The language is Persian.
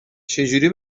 چجوری